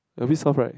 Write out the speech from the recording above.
a bit soft right